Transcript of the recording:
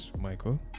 Michael